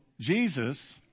Jesus